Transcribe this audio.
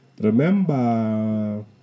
Remember